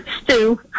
stew